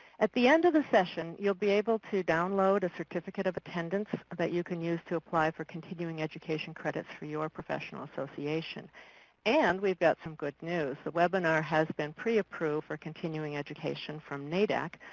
at the end of the session you will be able to download a certificate of attendance that you can use to apply for continuing education credits for your professional association and we have some good news, the webinar has been preapproved for continuing education from naadac,